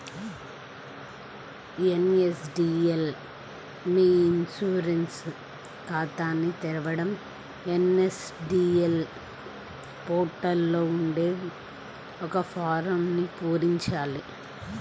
NSDL మీ e insurance ఖాతాని తెరవడం ఎన్.ఎస్.డి.ఎల్ పోర్టల్ లో ఉండే ఒక ఫారమ్ను పూరించాలి